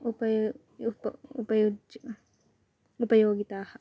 उपयु युप् उपयुज् उपयोगिताः